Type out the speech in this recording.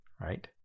right